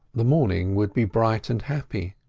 the morning would be bright and happy,